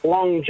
Long